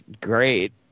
great